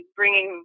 bringing